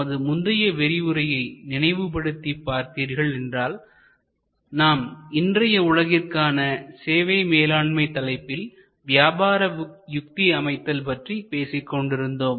நமது முந்தைய விரிவுரையை நினைவுபடுத்திப்பார்த்தீர்கள் என்றால் நாம் இன்றைய உலகிற்கான சேவை மேலாண்மை தலைப்பில் வியாபார யுக்திஅமைத்தல் பற்றி பேசிக்கொண்டிருந்தோம்